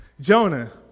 Jonah